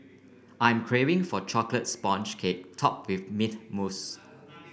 I am craving for a chocolate sponge cake top with mint mousse